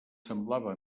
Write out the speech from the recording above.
semblava